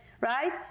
right